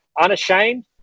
unashamed